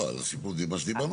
על הסיפור של מה שדיברנו פה.